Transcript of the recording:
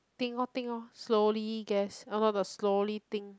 think lor think lor slowly guess oh no the slowly think